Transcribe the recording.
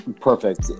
perfect